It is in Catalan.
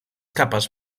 capes